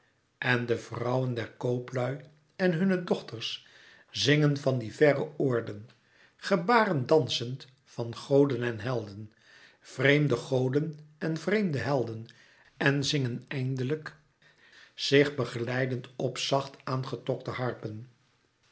en de vrouwen der kooplui en hunne dochters zingen van die verre oorden gebaren dansend van goden en helden vreemde goden en vreemde helden en zingen eindelijk zich begeleidend op zacht àan getokte harpen